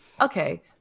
Okay